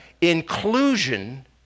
inclusion